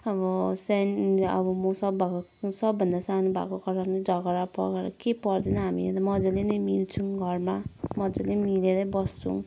अब सेन अब म सब भएको सबभन्दा सानो भएको कारणले झगडा पगडा के पर्देन हामी मज्जाले नै मिल्छौँ घरमा मज्जाले मिलेरै बस्छौँ